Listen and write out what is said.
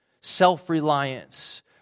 self-reliance